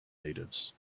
natives